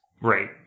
Right